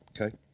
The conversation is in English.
okay